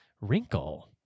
wrinkle